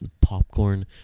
popcorn